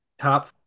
Top